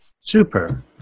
Super